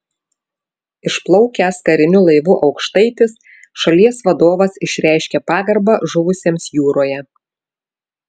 išplaukęs kariniu laivu aukštaitis šalies vadovas išreiškė pagarbą žuvusiems jūroje